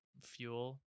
fuel